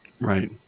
Right